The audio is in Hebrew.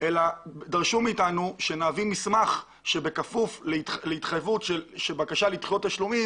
אלא דרשו מאתנו שנביא מסמך שבכפוף להתחייבות של בקשה לדחות תשלומים,